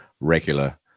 regular